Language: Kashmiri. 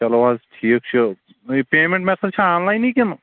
چلو حظ ٹھیٖک چھُ یہِ پیمنٛٹ میتھڈ چھا آن لاینٕے کِنہٕ